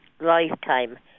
lifetime